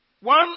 One